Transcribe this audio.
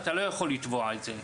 אתה לא יכול לתבוע את זה.